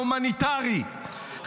רק בהפסקת ההומניטרי,